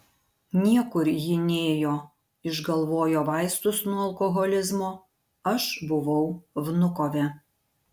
niekur ji nėjo išgalvojo vaistus nuo alkoholizmo aš buvau vnukove